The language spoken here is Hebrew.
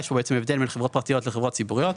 יש כאן הבדל בין חברות פרטיות לחברות ציבוריות.